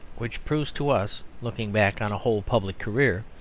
which prove to us, looking back on a whole public career,